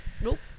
nope